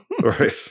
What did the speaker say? Right